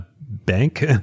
bank